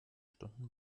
stunden